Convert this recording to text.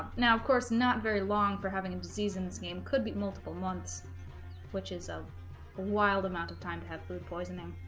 now of course not very long for having a disease in this game could be multiple months which is a wild amount of time to have food poisoning